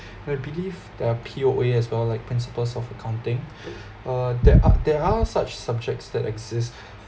we're believe there are P_O_A as well like principles of accounting uh there are there are such subjects that exist